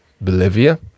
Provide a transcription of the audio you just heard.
Bolivia